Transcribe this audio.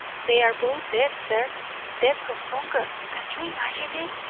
they are both dead, sir dead from hunger. can you imagine it!